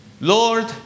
Lord